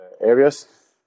areas